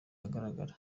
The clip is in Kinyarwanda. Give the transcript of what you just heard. ahagaragara